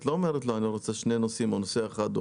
את לא אומרת לו שמדובר בשני נוסעים או בנוסע אחד.